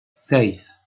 seis